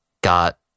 got